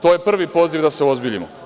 To je prvi poziv da se uozbiljimo.